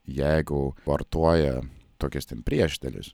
jeigu vartoja tokias priešdėlius